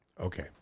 Okay